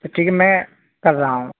پھر ٹھیک ہے میں کر رہا ہوں